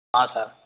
हाँ सर